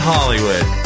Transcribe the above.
Hollywood